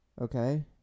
okay